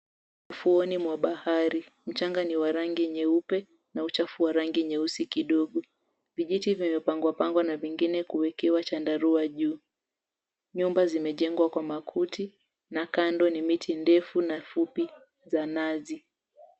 Ufuoni mwa bahari, mchanga ni wa rangi nyeupe na uchafu wa rangi nyeusi kidogo. Vijiti vimepangwa pangwa na vingine kuwekewa chandarua juu. Nyumba zimejengwa kwa makuti na kando ni miti ndefu na fupi za nazi.